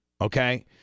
Okay